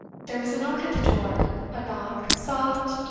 there was a knock at the door a knock, soft,